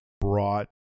brought